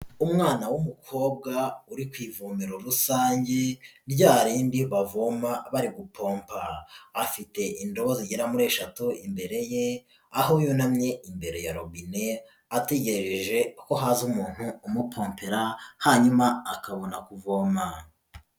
Umwana w'umukobwa uri ku ivomero rusange, rya rindi bavoma bari gupompa. Afite indobo zigera muri eshatu imbere ye, aho yunamye imbere ya robine, ategereje ko haza umuntu umupompera, hanyuma akabona kuvoma.